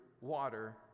water